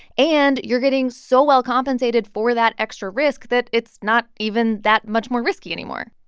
and you're getting so well compensated for that extra risk that it's not even that much more risky anymore.